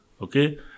okay